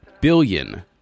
billion